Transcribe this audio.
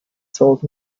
sold